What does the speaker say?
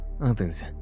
others